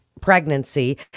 pregnancy